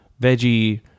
veggie